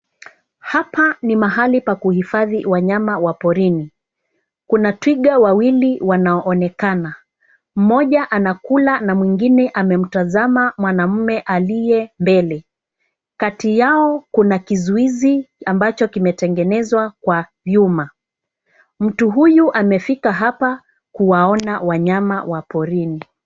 Hapa ni mahali pa kuhifadhi wanyama wa porini. Kuna twiga wawili wanaoonekana. Mmoja anakula na mwingine amemtazama mwanamume aliye mbele. Kati yao kuna kizuizi ambacho kimetengenezwa kwa vyuma. Mtu huyu amefika hapa kuwaona wanyama wa porini.